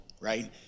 right